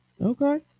okay